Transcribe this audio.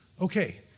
okay